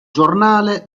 giornale